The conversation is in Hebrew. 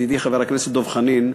ידידי חבר הכנסת דב חנין,